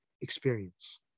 experience